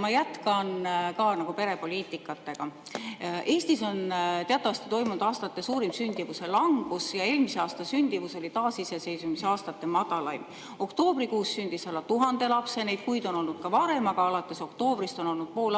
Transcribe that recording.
Ma jätkan ka perepoliitikaga. Eestis on teatavasti toimunud aastate suurim sündimuse langus ja eelmise aasta sündimus oli taasiseseisvuse aastate madalaim. Oktoobrikuus sündis alla 1000 lapse, neid kuid on olnud ka varem, aga alates oktoobrist on olnud pool aastat,